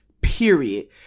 Period